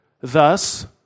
thus